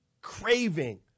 Craving